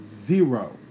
Zero